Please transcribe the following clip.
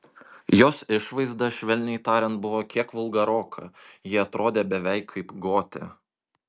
jos išvaizda švelniai tariant buvo kiek vulgaroka ji atrodė beveik kaip gotė